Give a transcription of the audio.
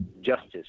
justice